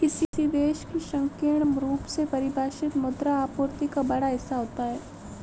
किसी देश की संकीर्ण रूप से परिभाषित मुद्रा आपूर्ति का बड़ा हिस्सा होता है